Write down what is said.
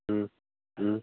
ꯎꯝ ꯎꯝ